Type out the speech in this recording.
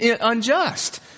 unjust